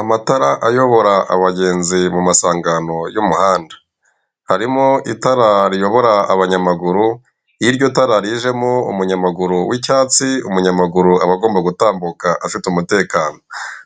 Amatara ayobora abagenzi mu masangano y'umuhanda harimo itara riyobora umunyamaguru w'icyatsi umunyamaguru aba agomba gutambuka afite umutekano,